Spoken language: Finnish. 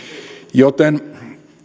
joten